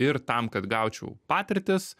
ir tam kad gaučiau patirtis